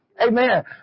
Amen